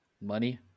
money